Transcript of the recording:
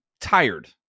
tired